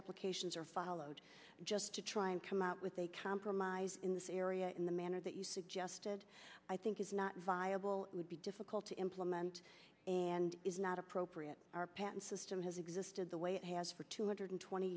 applications are followed just to try and come up with a compromise in this area in the manner that you suggested i think is not viable would be difficult to implement and is not appropriate our patent system has existed the way it has for two hundred twenty